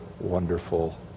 wonderful